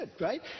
right